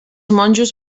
monjos